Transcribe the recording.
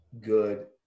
good